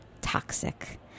toxic